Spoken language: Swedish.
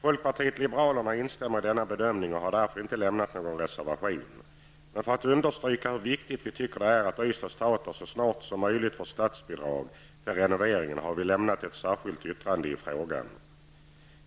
Folkpartiet liberalerna instämmer i denna bedömning, och därför har vi inte lämnat någon reservation. Men för att understryka hur viktigt vi tycker det är att Ystads Teater så snart som möjligt får statsbidrag till renovering, har vi lämnat ett särskilt yttrande i frågan.